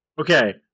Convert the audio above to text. Okay